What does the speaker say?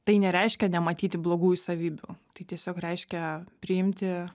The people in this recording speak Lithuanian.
tai nereiškia nematyti blogųjų savybių tai tiesiog reiškia priimti